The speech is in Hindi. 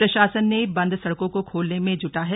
प्रशासन ने बंद सड़कों को खोलने में जुटा हैं